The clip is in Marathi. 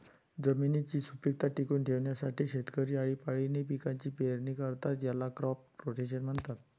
जमिनीची सुपीकता टिकवून ठेवण्यासाठी शेतकरी आळीपाळीने पिकांची पेरणी करतात, याला क्रॉप रोटेशन म्हणतात